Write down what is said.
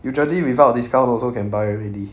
usually without discount also can buy already